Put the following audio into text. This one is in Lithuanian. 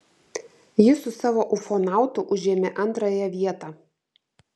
jis su savo ufonautu užėmė antrąją vietą